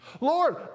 Lord